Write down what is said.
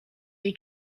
jej